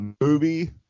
movie